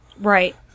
Right